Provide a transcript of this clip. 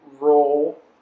Roll